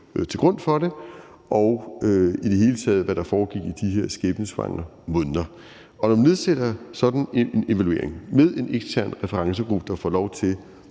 til grund for det, og i det hele taget hvad der foregik i de her skæbnesvangre måneder. Når man igangsætter sådan en evaluering med en ekstern referencegruppe, der får lov til